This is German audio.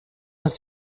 ist